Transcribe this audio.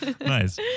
Nice